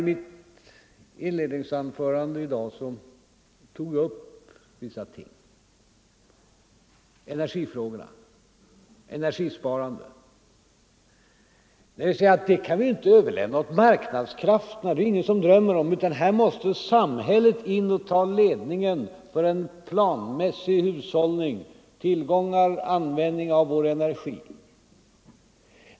I mitt inledningsanförande i dag tog jag upp vissa ting — energifrågorna, energisparandet. Det är ingen som drömmer om att vi skall överlämna detta åt marknadskrafterna. Här måste samhället ta ledningen för en planmässig hushållning av tillgångar och för användningen av vår energi.